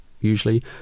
usually